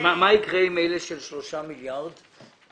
מה יקרה עם אל של 3 מיליארד שקלים?